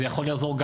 זה יכול לעזור,